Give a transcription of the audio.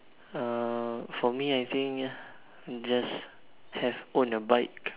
uh for me I think just have own a bike